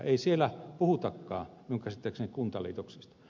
ei siellä puhutakaan minun käsittääkseni kuntaliitoksesta